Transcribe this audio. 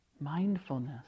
Mindfulness